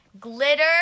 glitter